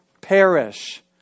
perish